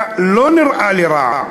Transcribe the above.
אתה לא נראה לי רע,